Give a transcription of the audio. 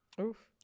Oof